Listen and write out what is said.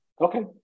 Okay